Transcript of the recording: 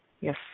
Yes